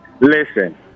Listen